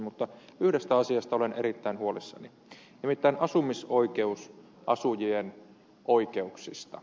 mutta yhdestä asiasta olen erittäin huolissani nimittäin asumisoikeusasujien oikeuksista